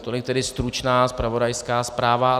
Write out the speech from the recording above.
Tolik tedy stručná zpravodajská zpráva.